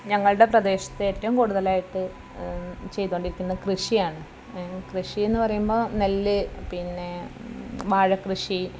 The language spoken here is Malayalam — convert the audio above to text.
ഞങ്ങളുടെ പ്രദേശത്തെ ഏറ്റവും കുടുതലായിട്ട് ചെയ്തുകൊണ്ടിരിക്കുന്നത് കൃഷിയാണ് കൃഷിയെന്ന് പറയുമ്പോൾ നെല്ല് പിന്നെ വാഴക്കൃഷി